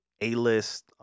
A-list